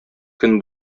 көн